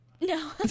no